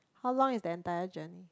how long is the entire journey